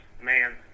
man